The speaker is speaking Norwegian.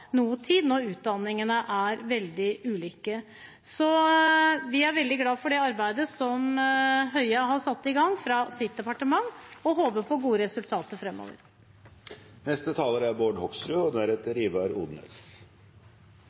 noe tid når utdanningene er veldig ulike. Vi er veldig glad for det arbeidet som Høie har satt i gang fra sitt departement, og håper på gode resultater framover. Det er veldig bra at disse problemstillingene kommer opp, og